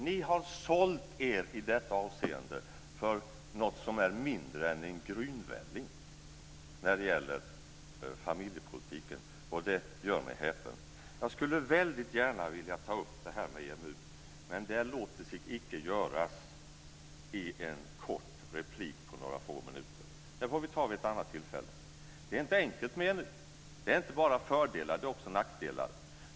Ni har sålt er i detta avseende för något som är mindre än en grynvälling när det gäller familjepolitiken. Det gör mig häpen. Jag skulle väldigt gärna vilja ta upp frågan om EMU, men det låter sig icke göras i en kort replik på några få minuter. Det får vi ta vid ett annat tillfälle. Det är inte enkelt med EMU. Det är inte bara fördelar - det är också nackdelar.